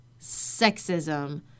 sexism